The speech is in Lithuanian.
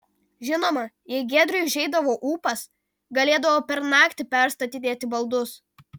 žinoma jei giedriui užeidavo ūpas galėdavo per naktį perstatinėti baldus